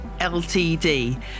ltd